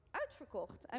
uitverkocht